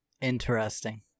Interesting